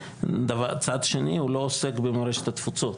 וצד שני, הוא לא עוסק במורשת התפוצות.